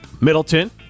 Middleton